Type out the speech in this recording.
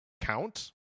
count